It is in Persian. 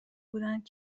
بودند